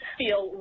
feel